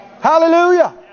Hallelujah